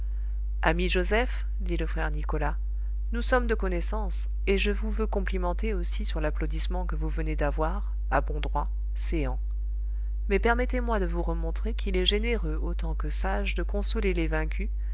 ami joseph dit le frère nicolas nous sommes de connaissance et je vous veux complimenter aussi sur l'applaudissement que vous venez d'avoir à bon droit céans mais permettez-moi de vous remontrer qu'il est généreux autant que sage de consoler les vaincus